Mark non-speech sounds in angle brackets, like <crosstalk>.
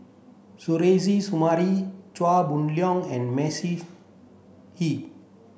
Suzairhe Sumari Chia Boon Leong and <unintelligible> Hee